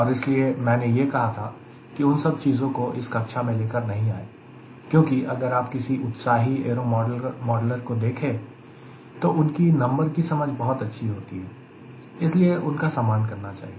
और इसीलिए मैंने यह कहा था कि उन सब चीजों को इस कक्षा में लेकर नहीं आए लेकिन अगर आप किसी उत्साही एरो मॉडलर को देखें तो उनकी नंबर की समझ बहुत अच्छी होती है इसलिए उनका सम्मान करना चाहिए